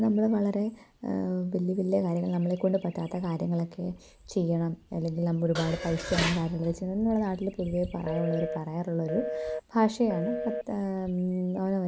നമ്മള് വളരെ വലിയ വലിയ കാര്യങ്ങള് നമ്മളെ കൊണ്ട് പറ്റാത്ത കാര്യങ്ങളൊക്കെ ചെയ്യണം അല്ലെങ്കില് നമ്മൾ ഒരുപാട് പൈസ ആകുന്ന കാര്യങ്ങള് വെച്ച് കഴിഞ്ഞാൽ നമ്മുടെ നാട്ടില് പൊതുവേ പറയാറുള്ളവര് പറയാറുള്ളൊരു ഭാഷയാണ് പത്ത് അവനവൻ്റെ